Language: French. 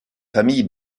famille